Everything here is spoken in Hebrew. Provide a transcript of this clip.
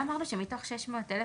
לא אמרנו שמתוך 600 אלף,